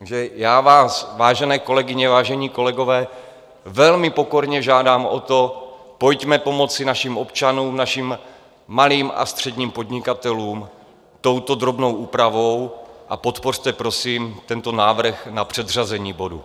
Takže já vás, vážené kolegyně, vážení kolegové, velmi pokorně žádám o to, pojďme pomoci našim občanům, našim malým a středním podnikatelům touto drobnou úpravou a podpořte prosím tento návrh na předřazení bodu.